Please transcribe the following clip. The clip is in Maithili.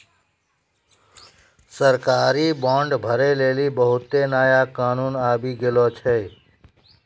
सरकारी बांड भरै लेली बहुते नया कानून आबि गेलो छै